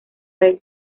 rey